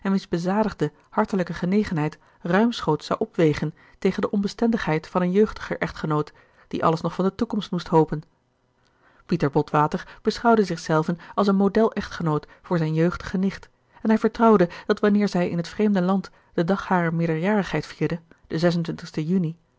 bezadigde hartelijke genegenheid ruimschoots zou opwegen tegen de onbestendigheid van een jeugdiger echtgenoot die alles nog van de toekomst moest hopen pieter botwater beschouwde zich zelven als een modelechtgenoot voor zijne jeugdige nicht en hij vertrouwde dat wanneer zij in het vreemde land den dag harer meerderjarigheid vierde den juni